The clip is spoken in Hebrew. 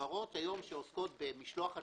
החברות שעוסקות היום במשלוח התלושים,